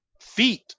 feet